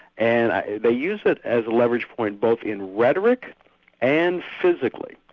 and they used it as a leverage point both in rhetoric and physically.